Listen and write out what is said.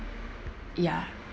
ya